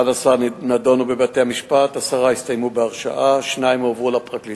11 נדונו בבתי-המשפט, עשרה הסתיימו בהרשעה,